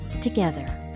together